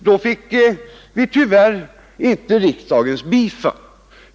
Då fick vi tyvärr inte riksdagens bifall.